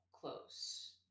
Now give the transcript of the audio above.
close